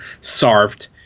sarved